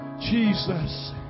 Jesus